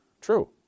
True